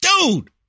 Dude